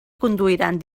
conduiran